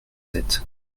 sept